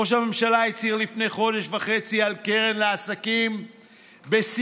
ראש הממשלה הצהיר לפני חודש וחצי על קרן לעסקים בסיכון.